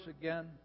again